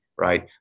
right